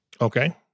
Okay